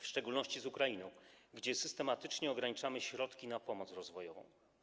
W szczególności chodzi o Ukrainę, gdzie systematycznie ograniczamy środki na pomoc rozwojową.